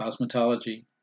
cosmetology